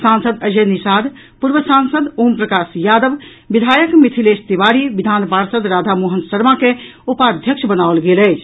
सांसद अजय निषाद पूर्व सांसद ओम प्रकाश यादव विधायक मिथिलेश तिवारी विधान पार्षद राधामोहन शर्मा के उपाध्यक्ष बनाओल गेल अछि